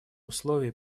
условий